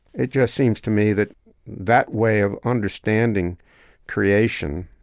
it just seems to me that that way of understanding creation